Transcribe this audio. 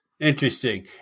Interesting